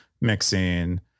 mixing